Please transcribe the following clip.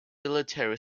military